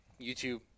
YouTube